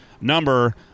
number